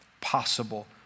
possible